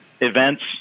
events